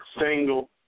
single